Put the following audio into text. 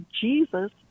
Jesus